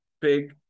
big